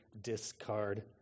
discard